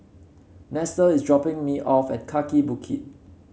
Nestor is dropping me off at Kaki Bukit